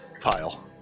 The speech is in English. pile